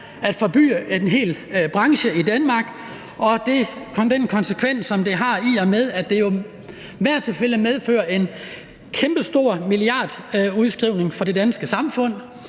at forbyde en hel branche i Danmark. Det har den konsekvens, som det har, i og med at det jo i hvert fald medfører en kæmpestor milliardudskrivning for det danske samfund,